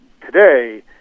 today